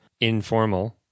informal